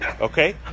okay